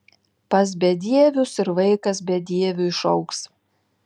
pas bedievius ir vaikas bedieviu išaugs